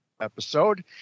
episode